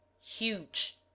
huge